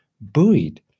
buoyed